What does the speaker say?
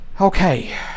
Okay